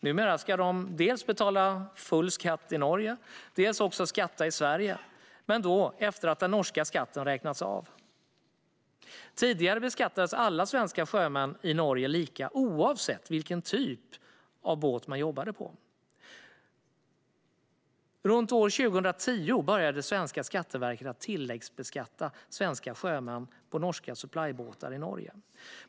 Numera ska de dels betala full skatt i Norge, dels skatta i Sverige men då efter att den norska skatten räknats av. Tidigare beskattades alla svenska sjömän i Norge lika, oavsett vilken typ av båt man jobbade på. Runt 2010 började svenska Skatteverket att tilläggsbeskatta svenska sjömän på norska supplybåtar i Norge.